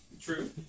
True